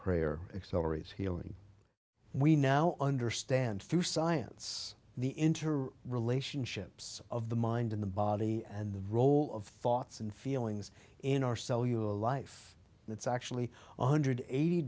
prayer accelerates healing we now understand to science the interrelationships of the mind in the body and the role of thoughts and feelings in our cellular life and it's actually one hundred eighty